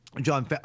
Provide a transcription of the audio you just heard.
John